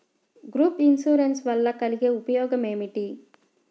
Group insurance వలన కలిగే ఉపయోగమేమిటీ?